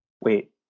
Wait